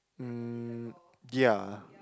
um ya